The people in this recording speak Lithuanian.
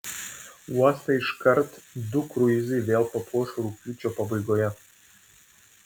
uostą iškart du kruizai vėl papuoš rugpjūčio pabaigoje